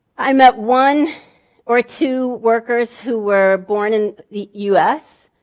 i met one or two workers who were born in the us.